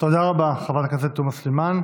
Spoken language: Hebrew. תודה רבה, חברת הכנסת תומא סלימאן.